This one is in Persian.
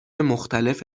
مختلف